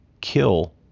kill